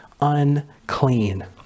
unclean